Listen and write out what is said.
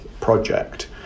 project